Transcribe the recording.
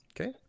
Okay